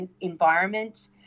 environment